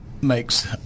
makes